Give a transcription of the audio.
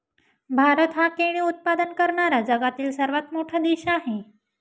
भारत हा केळी उत्पादन करणारा जगातील सर्वात मोठा देश आहे